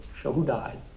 show who died.